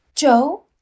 Joe